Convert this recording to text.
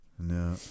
No